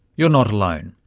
you're not alone.